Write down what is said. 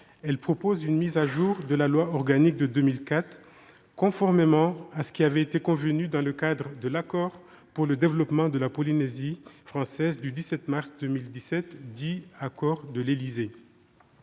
Elle comporte une mise à jour de la loi organique de 2004, conformément à ce qui avait été convenu dans le cadre de l'accord pour le développement de la Polynésie française du 17 mars 2017, dit « accord de l'Élysée